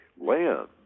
land